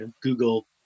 Google